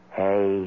hey